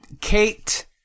Kate